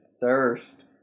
thirst